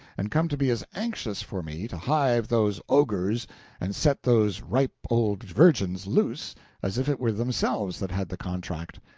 and come to be as anxious for me to hive those ogres and set those ripe old virgins loose as if it were themselves that had the contract.